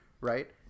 right